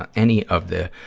ah any of the,